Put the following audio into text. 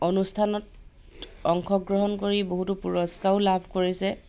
অনুষ্ঠানত অংশগ্ৰহণ কৰি বহুতো পুৰষ্কাৰো লাভ কৰিছে